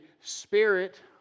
spirit